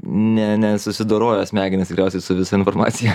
ne ne susidorojo smegenys tikriausiai su visa informacija